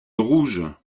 rouge